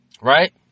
right